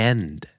End